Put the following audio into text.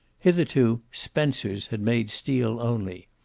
hitherto spencer's had made steel only.